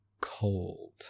cold